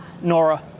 Nora